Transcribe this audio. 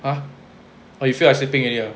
!huh! you feel like sleeping already ah